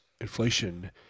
inflation